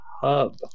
hub